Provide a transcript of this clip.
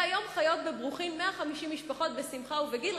והיום חיות בברוכין 150 משפחות בשמחה ובגיל,